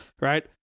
Right